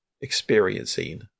experiencing